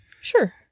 sure